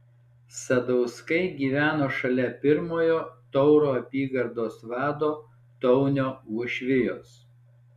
sadauskai gyveno šalia pirmojo tauro apygardos vado taunio uošvijos